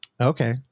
Okay